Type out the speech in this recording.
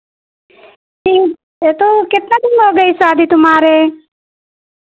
ठीक है तो कितना दिन में होगा ई शादी तुम्हारे